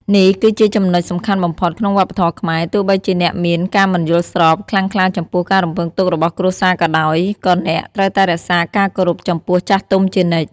នេះគឺជាចំណុចសំខាន់បំផុតក្នុងវប្បធម៌ខ្មែរ ទោះបីជាអ្នកមាន ការមិនយល់ស្រប ខ្លាំងក្លាចំពោះការរំពឹងទុករបស់គ្រួសារក៏ដោយ ក៏អ្នក ត្រូវតែរក្សាការគោរពចំពោះចាស់ទុំជានិច្ច។